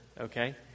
okay